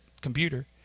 computer